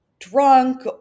drunk